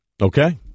Okay